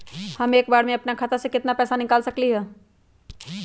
हम एक बार में अपना खाता से केतना पैसा निकाल सकली ह?